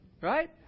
Right